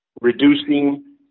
reducing